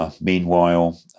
Meanwhile